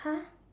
!huh!